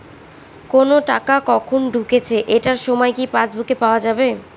কোনো টাকা কখন ঢুকেছে এটার সময় কি পাসবুকে পাওয়া যাবে?